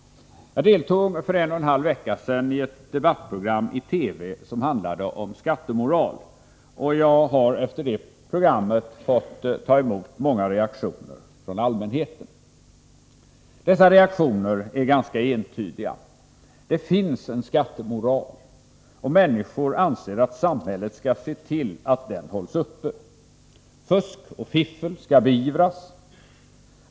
Jag deltog för en och en halv vecka sedan i ett debattprogram i TV som handlade om skattemoral, och jag har efter det programmet fått ta emot många reaktioner från allmänheten. Dessa reaktioner är ganska entydiga: Det finns en skattemoral, och människor anser att samhället skall se till att den hålls uppe. Fusk och fiffel skall beivras.